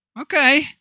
Okay